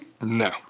No